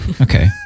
Okay